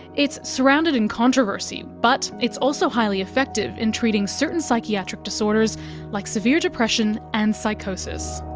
it's surrounded in controversy but it's also highly effective in treating certain psychiatric disorders like severe depression and psychosis.